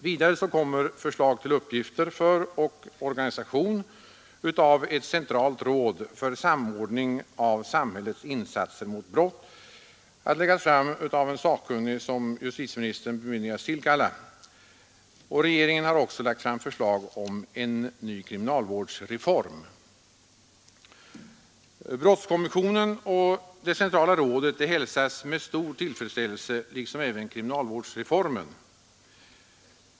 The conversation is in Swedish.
Vidare kommer förslag till uppgifter för och organisation av ett centralt råd för samordning av samhällets insatser mot brott att läggas fram av en sakkunnig som justitieministern bemyndigats tillkalla. Regeringen har också lagt fram förslag om en ny kriminalvårdsreform. Brottskommissionen och det centrala rådet hälsas med stor tillfredsställelse liksom även kriminalvårdsreformen.